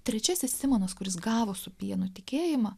trečiasis simonas kuris gavo su pienu tikėjimą